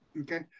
okay